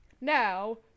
now